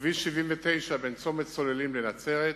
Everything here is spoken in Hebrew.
כביש 79 בין צומת סוללים לנצרת,